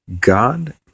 God